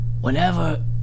whenever